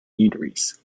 eateries